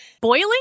boiling